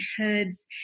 herbs